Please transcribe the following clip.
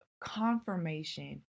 confirmation